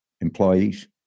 employees